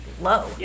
low